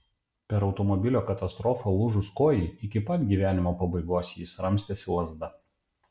per automobilio katastrofą lūžus kojai iki pat gyvenimo pabaigos jis ramstėsi lazda